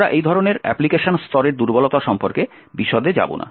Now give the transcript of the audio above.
আমরা এই ধরনের অ্যাপ্লিকেশন স্তরের দুর্বলতা সম্পর্কে বিশদে যাব না